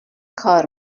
کار